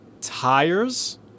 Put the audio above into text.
tires